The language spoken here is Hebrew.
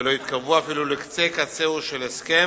ולא התקרבו אפילו לקצה קצהו של הסכם.